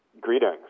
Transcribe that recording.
Greetings